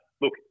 look